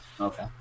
Okay